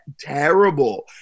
terrible